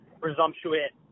presumptuous